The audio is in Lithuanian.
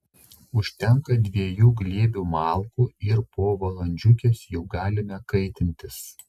užtenka dviejų glėbių malkų ir po valandžiukės jau galime kaitintis